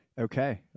Okay